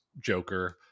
Joker